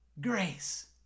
grace